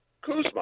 Kuzma